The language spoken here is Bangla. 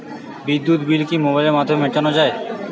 বিদ্যুৎ বিল কি মোবাইলের মাধ্যমে মেটানো য়ায়?